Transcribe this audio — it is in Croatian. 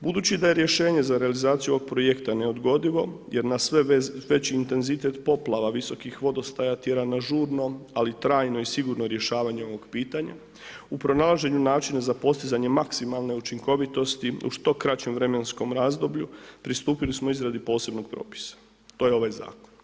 Budući da je rješenje za realizaciju ovog projekta neodgodivo jer nas veći intenzitet poplava visokih vodostaja tjera na žurno ali i trajno i sigurno rješavanje ovog pitanja U pronalaženju načina za postizanje maksimalne učinkovitosti u što kraćem vremenskom razdoblju pristupili smo izradi posebnog propisa, to je ovaj zakon.